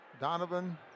Donovan